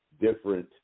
different